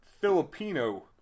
Filipino